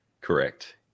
Correct